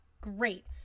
Great